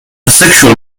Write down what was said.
asexual